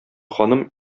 ханым